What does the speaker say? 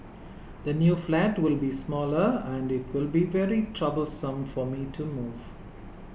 the new flat will be smaller and it will be very troublesome for me to move